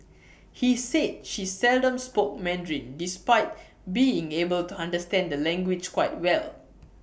he said she seldom spoke Mandarin despite being able to understand the language quite well